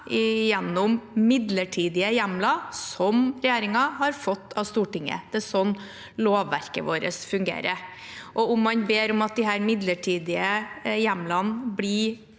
gjennom midlertidige hjemler som regjeringen har fått av Stortinget. Det er sånn lovverket vårt fungerer. Om man ber om at de midlertidige hjemlene blir